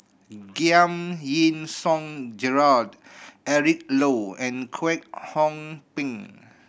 Giam Yean Song Gerald Eric Low and Kwek Hong Png